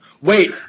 wait